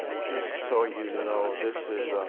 just so you know, this is